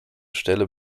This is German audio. stelle